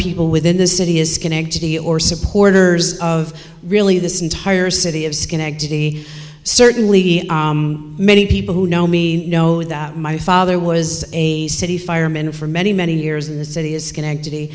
people within the city is schenectady or supporters of really this entire city of schenectady certainly many people who know me know that my father was a city fireman for many many years in the city as schenectady